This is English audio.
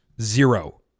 Zero